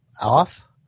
off